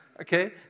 Okay